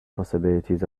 possibilities